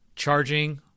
charging